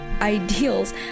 ideals